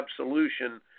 absolution